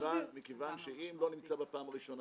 מכיוון שאם הוא לא נמצא בפעם הראשונה,